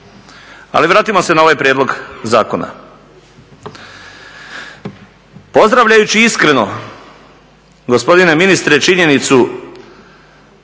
Ali vratimo se na ovaj prijedlog zakona. Pozdravljajući iskreno gospodine ministre činjenicu